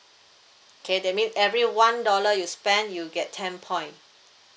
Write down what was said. okay that mean every one dollar you spend you get ten point